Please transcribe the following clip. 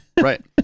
Right